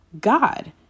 God